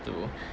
to